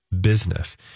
business